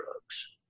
drugs